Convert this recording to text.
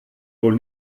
wohl